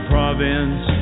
Province